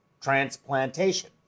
transplantation